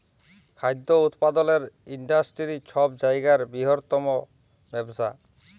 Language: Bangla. খাদ্য উৎপাদলের ইন্ডাস্টিরি ছব জায়গার বিরহত্তম ব্যবসা